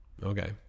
Okay